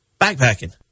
backpacking